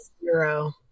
zero